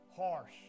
harsh